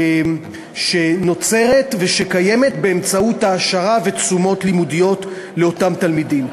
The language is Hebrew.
שנוצרת וקיימת באמצעות העשרה ותשומות לימודיות לאותם תלמידים.